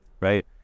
right